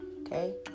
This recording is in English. okay